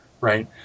right